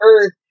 earth